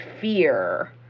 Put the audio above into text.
fear